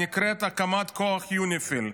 הנקראת הקמת כוח יוניפי"ל,